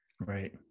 right